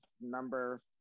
number